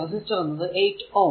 പിന്നെ റെസിസ്റ്റർ എന്നത് 8